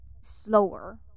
slower